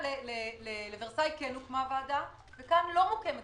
לאסון וורסאי כן הוקמה ועדה וכאן לא מוקמת